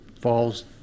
falls